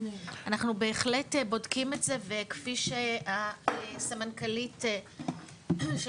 אנחנו בהחלט בודקים את זה וכפי שהסנמנכ"לית של